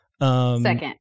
Second